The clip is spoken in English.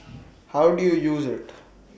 how do you use IT